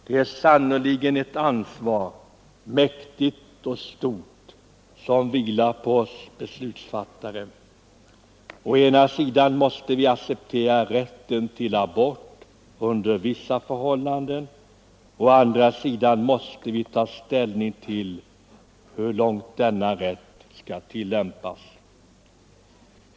Det är sannerligen ett ansvar, mäktigt och stort, som vilar på oss beslutsfattare. Å ena sidan måste vi acceptera rätten till abort under vissa förhållanden. Å andra sidan måste vi ta ställning till hur långt denna rätt skall tillämpas.